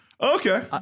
okay